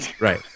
right